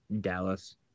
Dallas